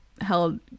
held